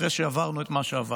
אחרי שעברנו את מה שעברנו,